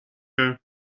her